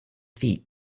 feet